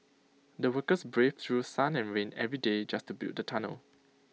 the workers braved through sun and rain every day just to build the tunnel